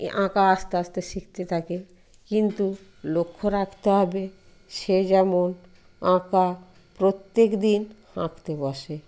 এই আঁকা আস্তে আস্তে শিখতে থাকে কিন্তু লক্ষ্য রাখতে হবে সে যেন আঁকা প্রত্যেক দিন আঁকতে বসে